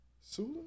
Sula